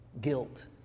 guilt